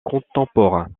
contemporains